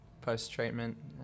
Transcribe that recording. post-treatment